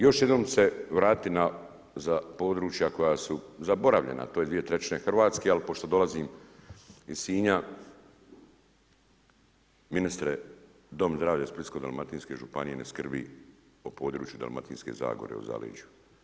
Još jednom se vratiti na(za) područja koja su zaboravljena to je dvije trećine Hrvatske, ali pošto dolazim iz Sinja, Ministre Dom zdravlja Splitsko-dalmatinske županije ne skrbi o području dalmatinske zagore u zaleđu.